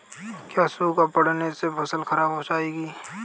क्या सूखा पड़ने से फसल खराब हो जाएगी?